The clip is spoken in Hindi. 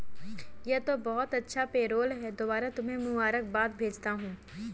यह तो बहुत अच्छा पेरोल है दोबारा तुम्हें मुबारकबाद भेजता हूं